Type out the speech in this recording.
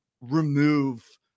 remove